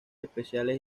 espaciales